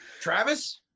travis